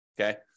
okay